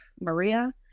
Maria